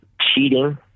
cheating